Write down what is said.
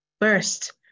First